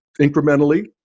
incrementally